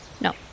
No